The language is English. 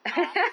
ah